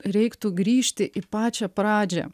reiktų grįžti į pačią pradžią